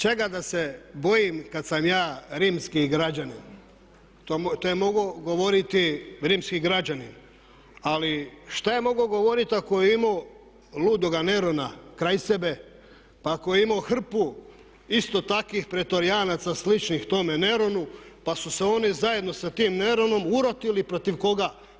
Čega da se bojim kada sam ja rimski građanin, to je mogao govoriti rimski građanin ali šta je mogao govoriti ako je imao ludoga Nerona kraj sebe, pa ako je imao hrpu isto takvih pretorijanaca sličnih tome Neronu pa su se oni zajedno sa tim Neronom urotili protiv koga?